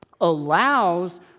allows